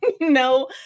no